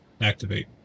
activate